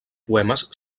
poemes